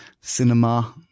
cinema